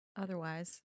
Otherwise